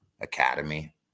academy